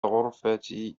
غرفتي